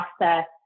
process